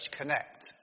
Connect